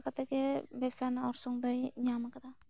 ᱠᱟᱛᱮᱫ ᱜᱮ ᱵᱮᱵᱽᱥᱟ ᱨᱮᱱᱟᱜ ᱚᱨᱥᱚᱝ ᱫᱚᱭ ᱧᱟᱢ ᱟᱠᱟᱫᱟ